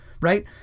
right